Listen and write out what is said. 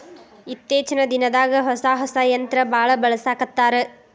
ಇತ್ತೇಚಿನ ದಿನದಾಗ ಹೊಸಾ ಹೊಸಾ ಯಂತ್ರಾ ಬಾಳ ಬಳಸಾಕತ್ತಾರ